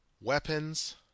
weapons